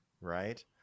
right